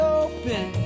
open